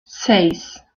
seis